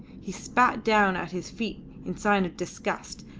he spat down at his feet in sign of disgust,